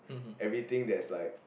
everything that's like